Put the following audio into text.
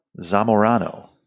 Zamorano